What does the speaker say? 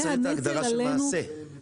יכול שהייתה מגיעה לוועדה הצעת חוק פשוטה וברורה.